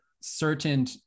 certain